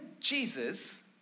Jesus